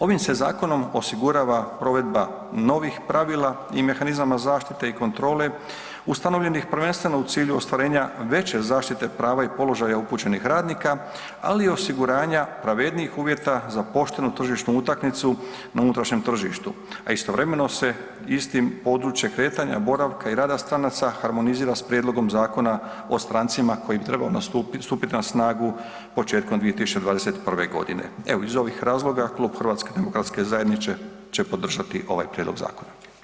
Ovim se zakonom osigurava provedba novih pravila i mehanizama zaštite i kontrole ustanovljenih prvenstveno u cilju ostvarenja veće zaštite prava i položaja upućenih radnika, ali i osiguranja pravednijih uvjeta za poštenu tržišnu utakmicu na unutrašnjem tržištu, a istovremeno se istim područje kretanja, boravka i rada stranaca harmonizira s Prijedlogom Zakona o strancima koji bi trebao stupiti na snagu početkom 2021. g. Evo, iz ovih razloga, Klub HDZ-a će podržati ovaj prijedlog zakona.